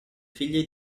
figlie